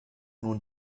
nun